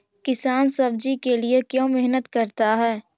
किसान सब्जी के लिए क्यों मेहनत करता है?